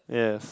yes